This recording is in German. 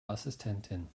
assistentin